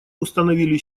установили